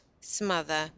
smother